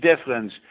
difference